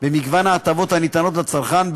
במגוון ההטבות הניתנות לצרכן,